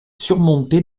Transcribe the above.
surmonté